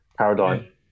paradigm